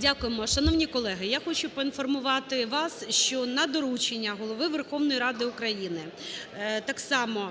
Дякуємо. Шановні колеги, я хочу поінформувати вас, що на доручення Голови Верховної Ради України так само